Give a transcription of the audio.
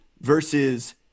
Versus